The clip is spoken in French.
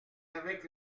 avec